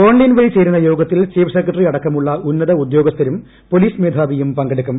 online വഴി ചേരുന്ന യോഗത്തിൽ ചീഫ് സെക്രട്ടറി അടക്കമുള്ള ഉന്നത ഉദ്യോഗസ്ഥരും പൊലീസ് മേധാവിയും പങ്കെടുക്കും